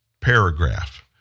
paragraph